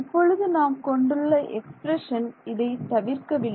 இப்பொழுது நாம் கொண்டுள்ள எக்ஸ்பிரஷன் இதை தவிர்க்கவில்லை